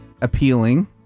Appealing